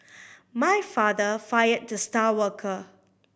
my father fired the star worker